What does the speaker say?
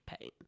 pain